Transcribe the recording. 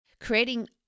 creating